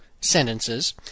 sentences